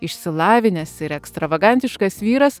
išsilavinęs ir ekstravagantiškas vyras